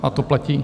A to platí...